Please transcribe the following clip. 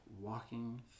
walking